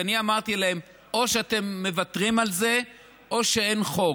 כי אני אמרתי להם: או שאתם מוותרים על זה או שאין חוק.